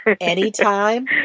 anytime